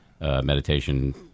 meditation